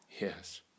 Yes